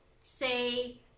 say